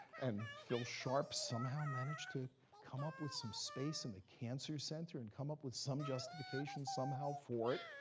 and phil sharp somehow managed to come up with some space in the cancer center, and come up with some justification somehow for it,